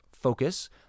focus